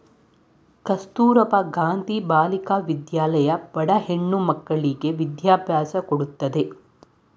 ಕಸ್ತೂರಬಾ ಗಾಂಧಿ ಬಾಲಿಕಾ ವಿದ್ಯಾಲಯ ಬಡ ಹೆಣ್ಣ ಮಕ್ಕಳ್ಳಗೆ ವಿದ್ಯಾಭ್ಯಾಸ ಕೊಡತ್ತದೆ